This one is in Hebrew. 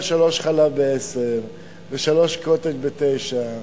"שלוש חלב בעשר" ו"שלוש קוטג' בתשע"